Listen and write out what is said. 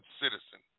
citizen